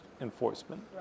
enforcement